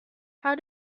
how